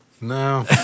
No